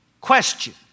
Question